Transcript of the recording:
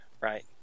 Right